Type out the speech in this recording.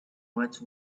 much